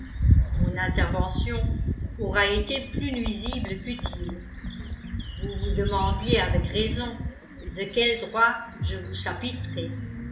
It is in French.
mon intervention aura été plus nuisible qu'utile vous vous demandiez avec raison de quel droit je vous chapitrais